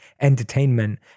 entertainment